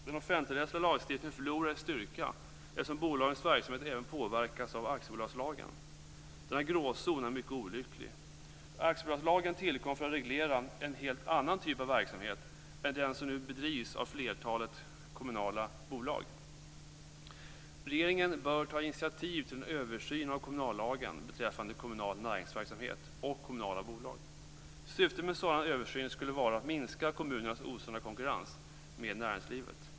Den offentligrättsliga lagstiftningen förlorar i styrka, eftersom bolagens verksamhet även påverkas av aktiebolagslagen. Denna gråzon är mycket olycklig. Aktiebolagslagen tillkom för att reglera en helt annan typ av verksamhet än den som nu bedrivs av flertalet kommunala bolag. Regeringen bör ta initiativ till en översyn av kommunallagen beträffande kommunal näringsverksamhet och kommunala bolag. Syftet med en sådan översyn skulle vara att minska kommunernas osunda konkurrens med näringslivet.